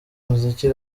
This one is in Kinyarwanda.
muziki